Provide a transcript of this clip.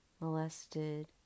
molested